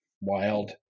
wild